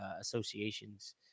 associations